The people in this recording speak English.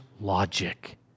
logic